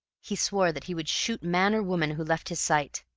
he swore that he would shoot man or woman who left his sight.